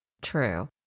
True